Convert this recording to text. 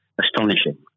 astonishing